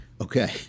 okay